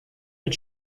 mit